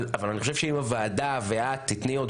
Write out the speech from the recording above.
אבל אני חושב שאם הוועדה ואת תתני עוד